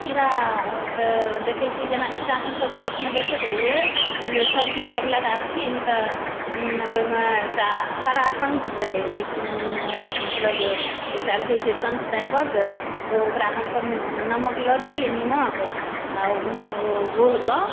कीड़ा तऽ देखैत छियै जेना एकटा हमसभ छोटमे देखैत रहियै जे सब्जीसभ लगाबथिन तऽ ओहिमे एकटा हराशङ्ख कहै जे मतलब एकटा रहैत छै शङ्ख टाइपक तऽ ओकरा हमसभ नमक लऽ जइयै नीमक आ हुनक ओ गोल कऽ